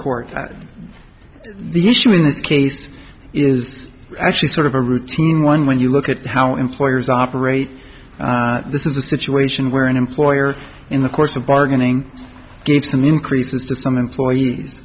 court the issue in this case is actually sort of a routine one when you look at how employers operate this is a situation where an employer in the course of bargaining gets them increases to some employees